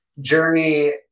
journey